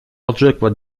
odrzekła